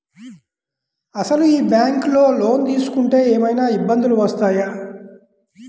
అసలు ఈ బ్యాంక్లో లోన్ తీసుకుంటే ఏమయినా ఇబ్బందులు వస్తాయా?